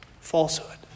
falsehood